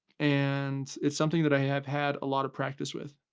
and it's something that i have had a lot of practice with.